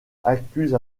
accuse